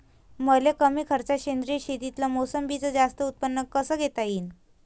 मले कमी खर्चात सेंद्रीय शेतीत मोसंबीचं जास्त उत्पन्न कस घेता येईन?